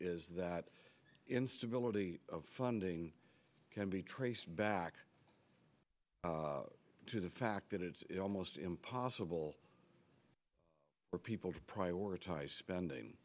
is that instability of funding can be traced back to the fact that it's almost impossible for people to prioritize spending